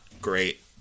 great